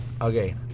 Okay